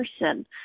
person